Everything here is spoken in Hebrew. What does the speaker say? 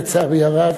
לצערי הרב,